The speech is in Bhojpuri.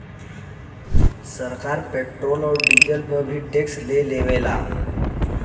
सरकार पेट्रोल औरी डीजल पर भी टैक्स ले लेवेला